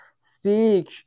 speak